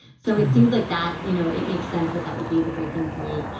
so it seems like that, you know, it makes sense that that would be the breaking point.